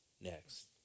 next